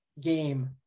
game